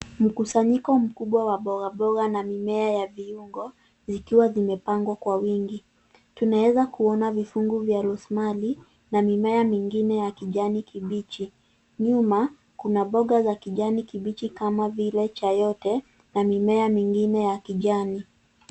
Mkusanyiko mkubwa wa mboga mboga na mimea ya viungo, zikiwa zimepngwa kwa wingi. Tunaweza kuona vifungu vya rosemary na mimea mingine ya kijani kibichi. Nyuma kuna mboga za kijani kibichi kama vile chayote na mimea mingine ya kijani.